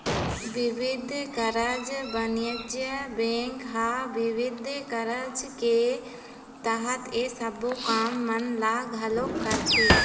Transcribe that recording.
बिबिध कारज बानिज्य बेंक ह बिबिध कारज के तहत ये सबो काम मन ल घलोक करथे